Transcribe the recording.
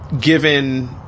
given